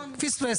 פספס,